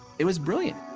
it was brilliant.